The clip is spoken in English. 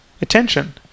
attention